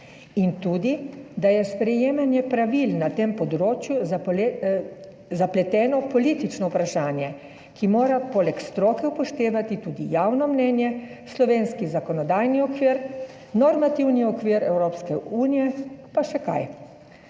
In tudi, da je sprejemanje pravil na tem področju zapleteno politično vprašanje, ki mora poleg stroke upoštevati tudi javno mnenje, slovenski zakonodajni okvir, normativni okvir Evropske unije pa še kaj.